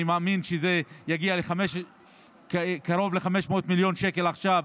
אני מאמין שזה יגיע לקרוב ל-500 מיליון שקל עכשיו,